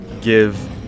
give